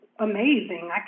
Amazing